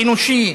אנושי,